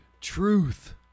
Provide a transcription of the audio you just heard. truth